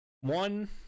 one